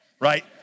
right